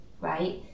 right